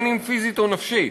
אם פיזית או נפשית,